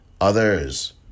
others